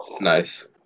nice